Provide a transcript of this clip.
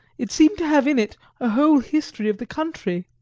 it seemed to have in it a whole history of the country.